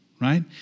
right